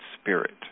spirit